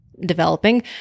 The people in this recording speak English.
Developing